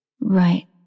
Right